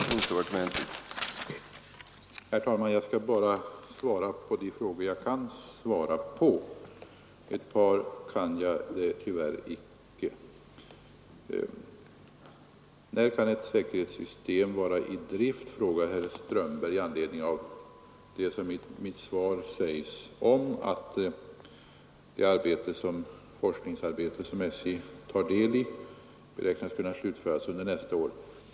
Herr talman! Jag skall bara svara på de frågor där jag kan ge besked — ett par kan jag tyvärr icke svara på. När kan ett säkerhetssystem vara i drift, frågar herr Strömberg i anledning av det som sägs i mitt svar om att det forskningsarbete som SJ har del i beräknas kunna slutföras under nästa år.